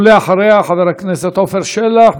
ואחריה, חבר הכנסת עפר שלח.